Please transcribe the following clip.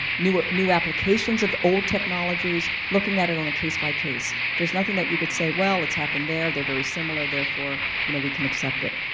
new ah new application of old technologies, looking at it on a case-by-case, there is nothing that you could say well it's happened there, there very similar therefore you know we can accept it.